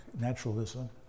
naturalism